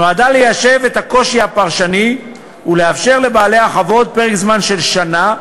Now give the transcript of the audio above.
נועדה ליישב את הקושי הפרשני ולאפשר לבעלי החוות פרק זמן של שנה,